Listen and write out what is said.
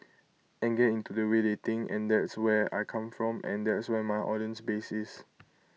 and get into the way they think and there is where I come from and there is where my audience base is